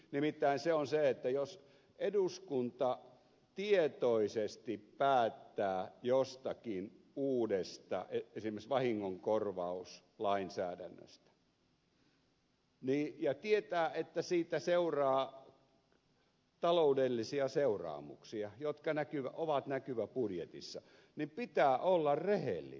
nimittäin se on se että jos eduskunta tietoisesti päättää esimerkiksi jostakin uudesta vahingonkorvauslainsäädännöstä ja tietää että siitä seuraa taloudellisia seuraamuksia jotka näkyvät budjetissa niin pitää olla rehellinen